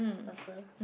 starter